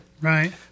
Right